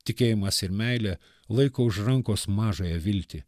tikėjimas ir meilė laiko už rankos mažąją viltį